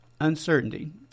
Uncertainty